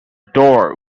door